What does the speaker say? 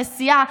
הנשיאה,